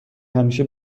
همیشه